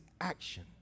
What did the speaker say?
action